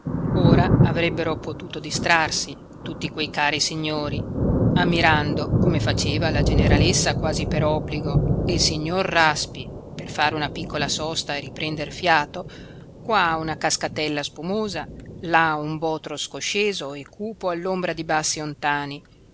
ora avrebbero potuto distrarsi tutti quei cari signori ammirando come faceva la generalessa quasi per obbligo e il signor raspi per fare una piccola sosta e riprender fiato qua una cascatella spumosa là un botro scosceso e cupo all'ombra di bassi ontani